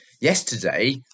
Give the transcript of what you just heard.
yesterday